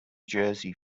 jersey